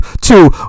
Two